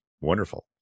Wonderful